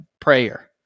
prayer